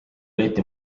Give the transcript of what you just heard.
leiti